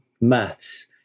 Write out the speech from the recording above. maths